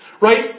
Right